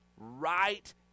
Right